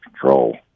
control